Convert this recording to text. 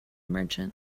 merchant